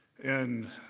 and,